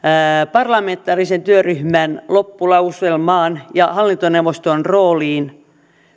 parlamentaarisen työryhmän loppulauselmaan ja hallintoneuvoston rooliin